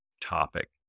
topic